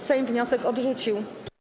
Sejm wniosek odrzucił.